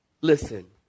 Listen